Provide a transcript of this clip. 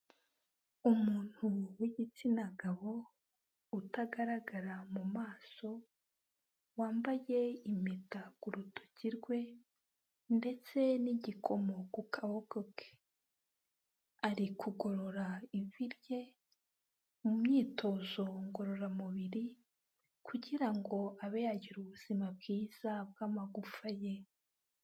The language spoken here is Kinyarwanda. Umuntu w'igitsina gabo utagaragara mu maso, wambaye impeta ku rutoki rwe ndetse n'igikomo ku kaboko ke, ari kugorora ivi rye mu myitozo ngororamubiri, kugira ngo abe yagira ubuzima bwiza bw'amagufa ye.